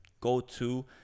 go-to